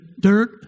dirt